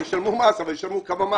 שישלמו מס, אבל כמה מס?